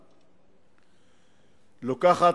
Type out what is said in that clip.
לוקחת,